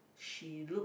she look